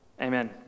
Amen